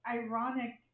ironic